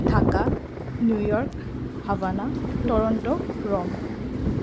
Dhaka New York Havana Toronto Rome